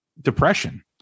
depression